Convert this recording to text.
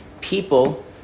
people